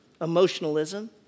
emotionalism